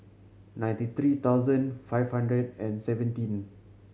ninety three thousand five hundred and seventeen